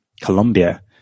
Colombia